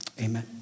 Amen